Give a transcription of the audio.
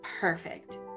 perfect